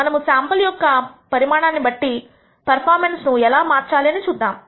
మనము శాంపుల్ యొక్క పరిమాణాన్ని బట్టి పెర్ఫార్మెన్స్ తను ఎలా మార్చాలి అని చూద్దాము